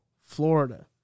Florida